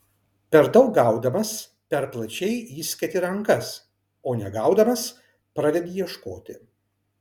per daug gaudamas per plačiai išsketi rankas o negaudamas pradedi ieškoti